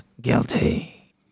guilty